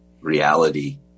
reality